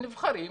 נבחרים,